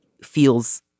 feels